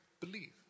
believe